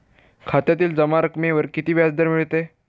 खात्यातील जमा रकमेवर किती व्याजदर मिळेल?